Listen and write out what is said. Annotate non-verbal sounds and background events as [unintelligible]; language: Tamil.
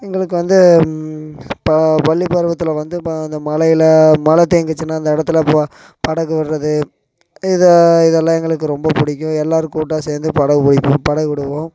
எங்களுக்கு வந்து இப்போ பள்ளிப் பருவத்தில் வந்து இப்போ அந்த மழையில் மழை தேங்குச்சுனா அந்த இடத்துல ப படகு விடுறது இதை இதெல்லாம் எங்களுக்கு ரொம்ப பிடிக்கும் எல்லோரும் கூட்டாக சேர்ந்து படகு [unintelligible] படகு விடுவோம்